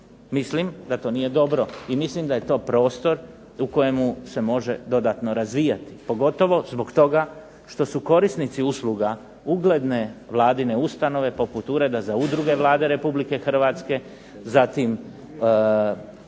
Mislim da to nije dobro i mislim da je to prostor u kojemu se može dodatno razvijati. Pogotovo zbog toga što su korisnici usluga ugledne vladine ustanove poput Ureda za udruge Vlade RH zatim